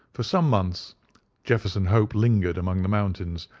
for some months jefferson hope lingered among the mountains,